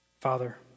Father